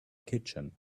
kitchen